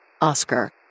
Oscar